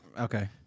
Okay